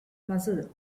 muscle